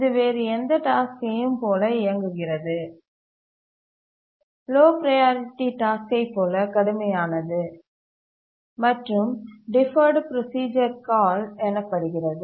இது வேறு எந்த டாஸ்க்கையும் போல இயங்குகிறது லோ ப்ரையாரிட்டி டாஸ்க்கை போல கடுமையானது மற்றும் டிஃபர்ட் ப்ரோசீசர் கால் எனப்படுகிறது